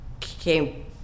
came